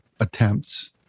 attempts